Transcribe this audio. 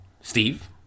Steve